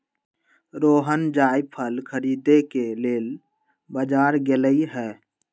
रोहण जाएफल खरीदे के लेल बजार गेलई ह